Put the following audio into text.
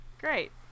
Great